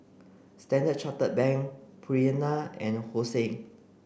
Standard Chartered Bank Purina and Hosen